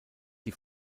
die